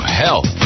health